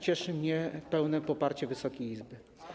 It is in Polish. Cieszy mnie pełne poparcie Wysokiej Izby.